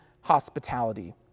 hospitality